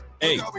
Hey